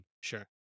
Sure